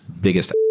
biggest